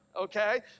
okay